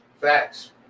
Facts